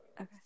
Okay